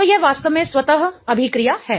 तो यह वास्तव में स्वतः अभिक्रिया है